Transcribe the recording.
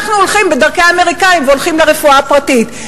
אנחנו הולכים בדרכי האמריקנים והולכים לרפואה הפרטית.